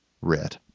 red